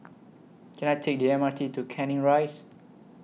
Can I Take The M R T to Canning Rise